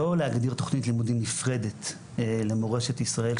לא להגדיר תוכנית לימודים נפרדת למורשת ישראל,